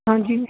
ਹਾਂਜੀ